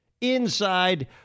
inside